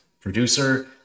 producer